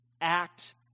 act